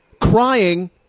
crying